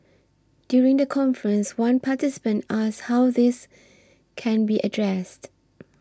during the conference one participant asked how this can be addressed